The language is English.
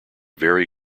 very